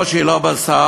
או שהיא לא בסל,